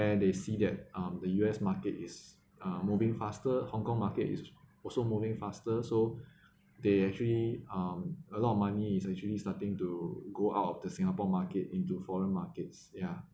they see that um the U_S market is uh moving faster hong kong market is also moving faster so they actually um a lot of money it's actually starting to go out of the singapore market into foreign markets ya